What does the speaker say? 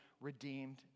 redeemed